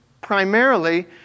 primarily